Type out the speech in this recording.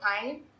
time